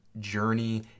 journey